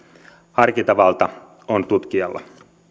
harkintavalta on tutkijalla